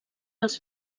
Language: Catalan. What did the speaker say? als